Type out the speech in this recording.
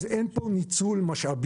אז אין פה ניצול משאבים.